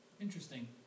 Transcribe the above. Interesting